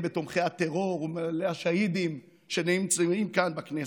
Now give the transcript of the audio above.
בתומכי הטרור והשהידים שנמצאים כאן בכנסת.